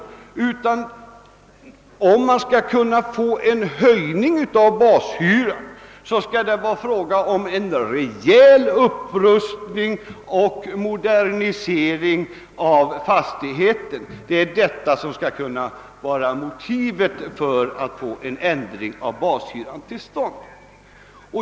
Om man skall kunna få en höjning av bashyran skall det röra sig om en rejäl upprustning och modernisering av fastigheten, som kan motivera en ändring av bashyran.